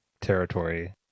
territory